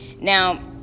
Now